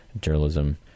journalism